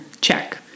Check